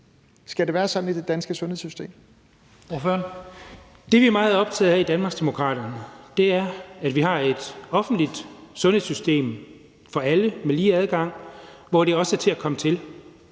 Kl. 12:27 Jens Henrik Thulesen Dahl (DD): Det, vi er meget optaget af i Danmarksdemokraterne, er, at vi har et offentligt sundhedssystem med lige adgang for alle, hvor det også er til at komme til.